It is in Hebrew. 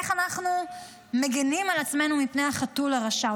איך אנחנו מגינים על עצמנו מפני החתול הרשע,